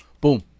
boom